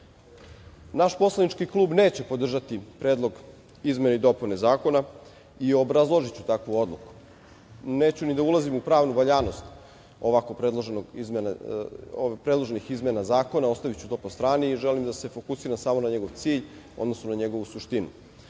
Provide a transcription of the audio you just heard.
poslanički klub neće podržati Predlog izmene i dopune Zakona i obrazložiću takvu odluku. Neću ni da ulazim u pravnu valjanost ovako predloženih izmena Zakona, ostaviću to po strani, jer želim da se fokusiram samo na njegov cilj, odnosno na njegovu suštinu.